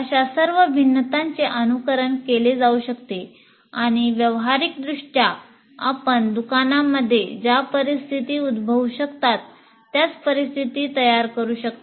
अशा सर्व भिन्नतांचे अनुकरण केले जाऊ शकते आणि व्यावहारिकदृष्ट्या आपण दुकानामध्ये ज्या परिस्थितीत उद्भवू शकतात त्याच परिस्थिती तयार करु शकता